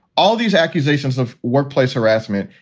all these accusations of workplace harassment,